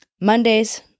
Mondays